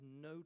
no